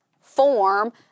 form